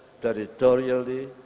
territorially